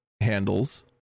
handles